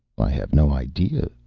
i have no idea,